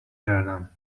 کردم